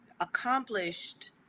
accomplished